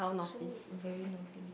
so very naughty